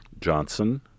Johnson